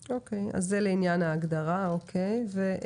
הוא יכול לעשות אחת מהבדיקות שיעודכנו